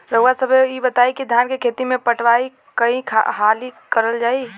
रउवा सभे इ बताईं की धान के खेती में पटवान कई हाली करल जाई?